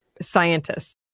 scientists